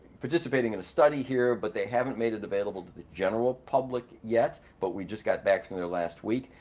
participating in a study here but they haven't made it available to the general public yet. but we just got back from there last week,